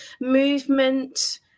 movement